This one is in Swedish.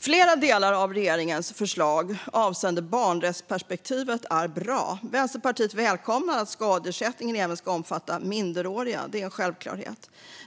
Flera delar av regeringens förslag avseende barnrättsperspektivet är bra. Vänsterpartiet välkomnar att skadeersättningen även ska omfatta minderåriga; det är en självklarhet.